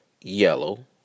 yellow